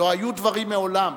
לא היו דברים מעולם.